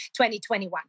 2021